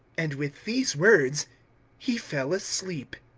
and with these words he fell asleep.